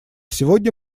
сегодня